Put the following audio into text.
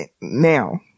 now